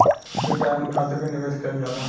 retirement खातिर भी निवेश कईल जाला